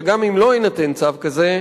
אבל גם אם לא יינתן צו כזה,